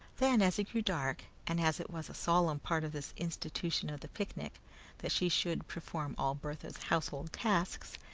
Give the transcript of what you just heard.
then, as it grew dark, and as it was a solemn part of this institution of the picnic that she should perform all bertha's household tasks,